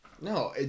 No